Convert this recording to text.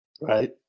right